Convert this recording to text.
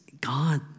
God